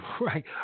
right